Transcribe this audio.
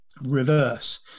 reverse